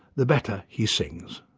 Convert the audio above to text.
the better he sings.